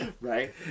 right